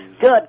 Good